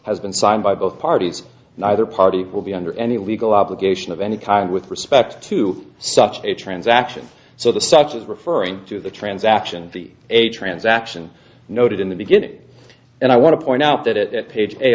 has been signed by both parties neither party will be under any legal obligation of any kind with respect to such a transaction so the such as referring to the transaction a transaction noted in the beginning and i want to point out that at